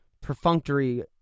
perfunctory